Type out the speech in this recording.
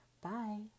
Bye